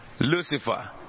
Lucifer